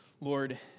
Lord